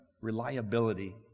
Reliability